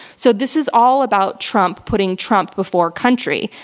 so, this is all about trump putting trump before country.